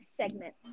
segment